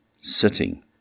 sitting